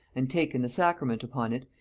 and taken the sacrament upon it,